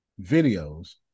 videos